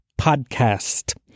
Podcast